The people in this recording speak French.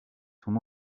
son